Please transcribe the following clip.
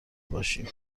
باشیم